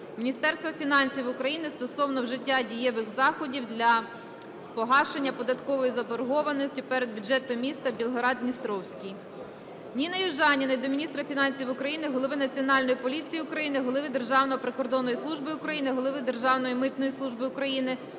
Міністерства фінансів України стосовно вжиття дієвих заходів для погашення податкової заборгованості перед бюджетом міста Білгород-Дністровський. Ніни Южаніної до міністра фінансів України, голови Національної поліції України, голови Державної прикордонної служби України, голови Державної митної служби України